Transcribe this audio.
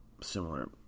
similar